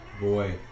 Boy